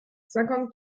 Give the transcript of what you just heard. cinquante